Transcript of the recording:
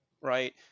Right